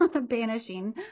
banishing